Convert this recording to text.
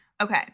Okay